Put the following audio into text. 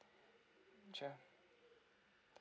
sure